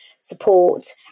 support